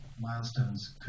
milestones